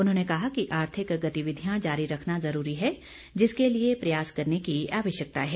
उन्होंने कहा कि आर्थिक गतिविधियां जारी रखना ज़रूरी है जिसके लिए प्रयास करने की आवश्यकता है